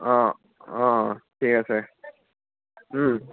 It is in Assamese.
অঁ অঁ ঠিক আছে